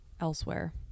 Elsewhere